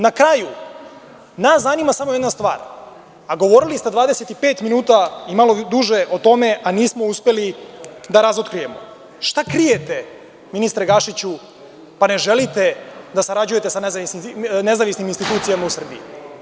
Nas zanima samo jedna stvar, a govorili ste 25 minuta i malo duže o tome, a nismo uspeli da razotkrijemo, šta krijete, ministre Gašiću, pa ne želite da sarađujete sa nezavisnim institucijama u Srbiji?